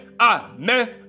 amen